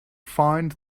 find